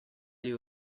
you